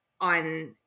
on